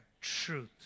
truth